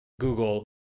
Google